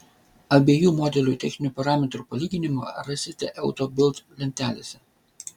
abiejų modelių techninių parametrų palyginimą rasite auto bild lentelėse